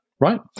right